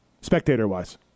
spectator-wise